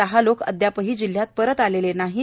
सहा लोक अदयापही जिल्ह्यात परत आलेले नाहीत